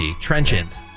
Trenchant